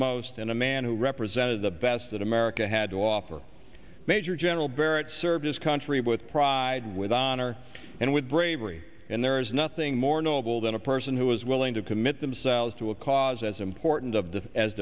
most in a man who represented the best that america had to offer major general barrett serve his country with pride with honor and with bravery and there is nothing more noble than a person who is willing to commit themselves to a cause as important